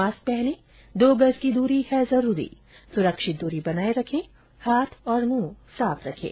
mask पहनें दो गज की दूरी है जरूरी सुरक्षित दूरी बनाए रखें हाथ और मुंह साफ रखें